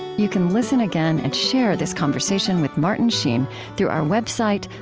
you can listen again and share this conversation with martin sheen through our website,